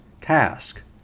task